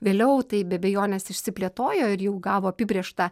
vėliau tai be abejonės išsiplėtojo ir jau gavo apibrėžtą